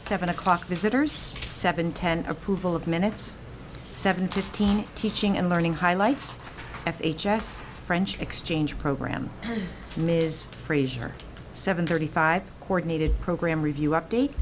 seven o'clock this it airs seven ten approval of minutes seven fifteen teaching and learning highlights at h s french exchange program from is frazier seven thirty five coordinated program review update